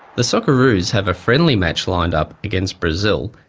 the socceroos have a friendly match lined up against brazil,